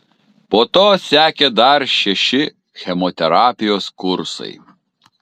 po to sekė dar šeši chemoterapijos kursai